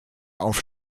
auf